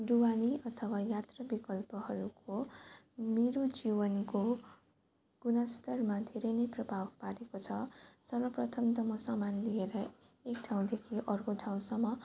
ढुवानी अथवा यात्रा विकल्पहरूको मेरो जीवनको गुणस्तरमा धेरै नै प्रभाव पारेको छ सर्वप्रथम त म समान लिएर एक ठाउँदेखि अर्को ठाउँसम्म